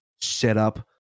setup